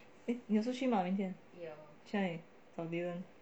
eh 你有出去吗明天去哪里找 dylan